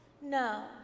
No